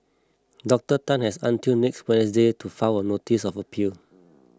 Doctor Tan has until next Wednesday to file a notice of appeal